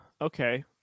okay